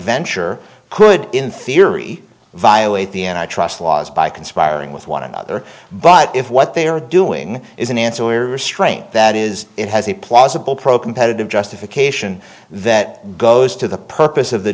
venture could in theory violate the n i trust laws by conspiring with one another but if what they are doing is an ancillary restraint that is it has a plausible pro competitive justification that goes to the purpose of the